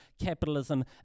capitalism